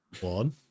One